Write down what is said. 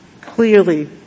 clearly